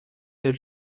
del